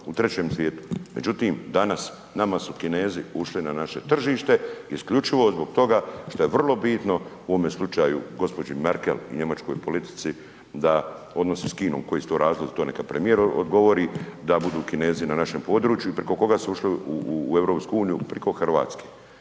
u trećem svijetu. Međutim danas nama su Kinezi ušli na naše tržište isključivo zbog toga što je vrlo bitno u ovome slučaju gospođi Merkel i njemačkoj politici da odnosi s Kinom koji su to razlozi to neka premijer odgovori, da budu Kinezi na našem području i preko koga su ušli u EU, preko Hrvatske.